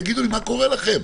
תגידו לי, מה קורה לכם?